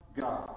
God